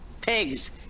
pigs